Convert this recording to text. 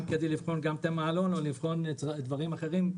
גם כדי לבחון את המעלון ולבחון דברים אחרים,